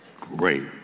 great